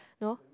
no